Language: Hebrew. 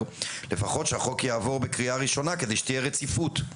לפחות שהצעת החוק תעבור בקריאה הראשונה כדי שתהיה רציפות.